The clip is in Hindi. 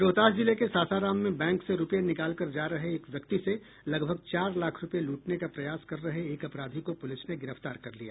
रोहतास जिले के सासाराम में बैंक से रूपये निकाल कर जा रहे एक व्यक्ति से लगभग चार लाख रूपये लूटने का प्रयास कर रहे एक अपराधी को पुलिस ने गिरफ्तार कर लिया